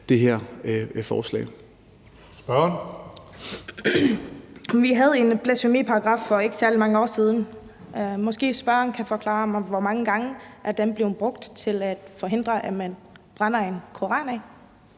Jakobsen (LA): Vi havde en blasfemiparagraf for ikke særlig mange år siden. Måske ordføreren kan fortælle mig, hvor mange gange den er blevet brugt til at forhindre, at man brænder en koran af.